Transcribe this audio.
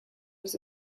was